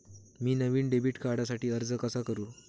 मी नवीन डेबिट कार्डसाठी अर्ज कसा करु?